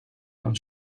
een